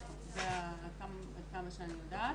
נכון, עד כמה שאני יודעת.